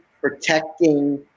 protecting